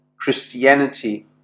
Christianity